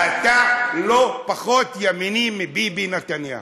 אתה לא פחות ימני מביבי נתניהו.